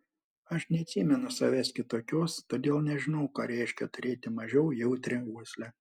aš neatsimenu savęs kitokios todėl nežinau ką reiškia turėti mažiau jautrią uoslę